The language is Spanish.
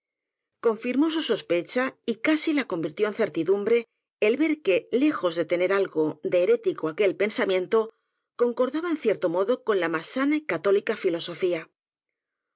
confirmó su sospecha y casi la convirtió en cer tidumbre el ver que lejos de tener algo de herético aquel pensamiento concordaba en cierto modo con la más sana y católica filosofía